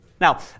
Now